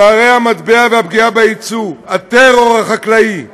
שערי המטבע והפגיעה ביצוא, הטרור החקלאי,